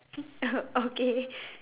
okay